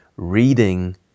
reading